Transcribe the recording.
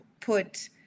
put